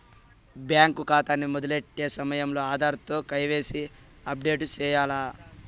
bank కాతాని మొదలెట్టే సమయంలో ఆధార్ తో కేవైసీని అప్పుడేటు సెయ్యాల్ల